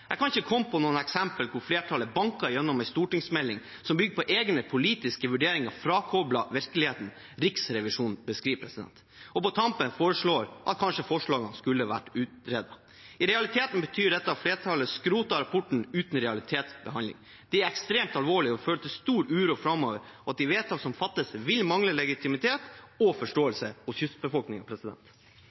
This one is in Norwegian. Jeg kan ikke komme på noe eksempel der flertallet banker igjennom en stortingsmelding som bygger på egne politiske vurderinger, frakoblet virkeligheten Riksrevisjonen beskriver, og på tampen foreslår at kanskje forslagene skulle vært utredet. I realiteten betyr dette at flertallet skroter rapporten uten realitetsbehandling. Det er ekstremt alvorlig, og det vil føre til stor uro framover at de vedtak som fattes, vil mangle legitimitet og forståelse hos